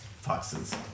foxes